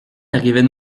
n’arrivait